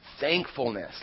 thankfulness